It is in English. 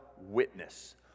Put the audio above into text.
witness